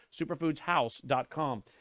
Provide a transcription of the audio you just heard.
Superfoodshouse.com